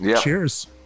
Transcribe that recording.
Cheers